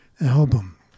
album